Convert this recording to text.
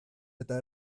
eta